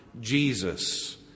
Jesus